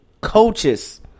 coaches